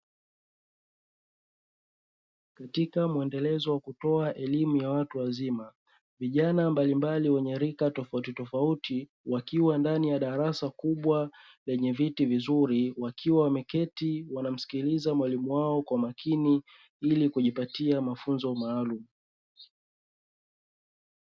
Katika mwendelezo wa kutoa elimu ya watu wazima, vijana mbalimbali wenye rika tofautitofauti wakiwa ndani ya darasa kubwa lenye viti vizuri wakiwa wameketi wanamsikiliza mwalimu wao kwa makini ili kujipatia mafunzo maalumu.